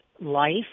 life